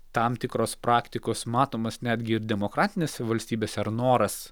tam tikros praktikos matomos netgi ir demokratinėse valstybėse ar noras